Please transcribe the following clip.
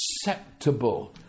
acceptable